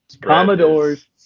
Commodores